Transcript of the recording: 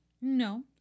No